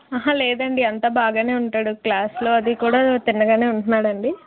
ఆహా లేదండి అంతా బాగా ఉంటాడు క్లాస్లో అదికూడా తిన్నగా వుంటున్నాడు అండి